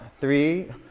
Three